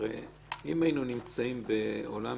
אם היינו נמצאים בעולם